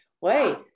wait